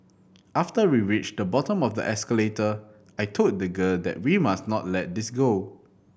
after we reached the bottom of the escalator I told the girl that we must not let this go